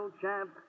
champ